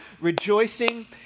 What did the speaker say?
rejoicing